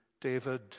David